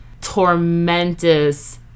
tormentous